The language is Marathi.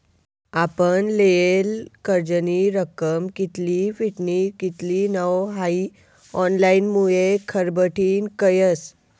आपण लेयेल कर्जनी रक्कम कित्ली फिटनी कित्ली नै हाई ऑनलाईनमुये घरबठीन कयस